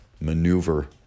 maneuver